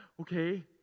okay